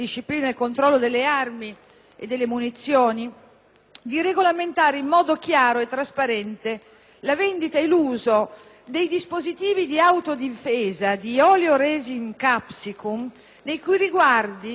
di regolamentare in modo chiaro e trasparente la vendita e l'uso dei dispositivi di autodifesa di *oleoresin capsicum* nei cui riguardi il Ministero dell'interno si è già espresso,